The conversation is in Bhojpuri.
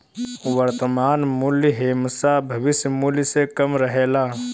वर्तमान मूल्य हेमशा भविष्य मूल्य से कम रहेला